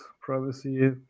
privacy